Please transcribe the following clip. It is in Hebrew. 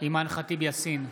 אימאן ח'טיב יאסין,